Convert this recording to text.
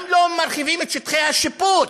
גם לא מרחיבים את שטחי השיפוט,